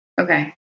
okay